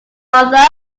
mother